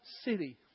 city